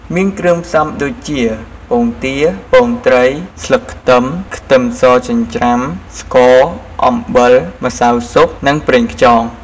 មានគ្រឿងផ្សំដូចជា ពងទា ពងត្រី ស្លឹកខ្ទឹម ខ្ទឹមសចិញ្ច្រាំ ស្ករ អំបិល ម្សៅស៊ុប និងប្រេងខ្យង។